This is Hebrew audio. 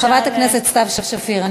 חברת הכנסת סתיו שפיר,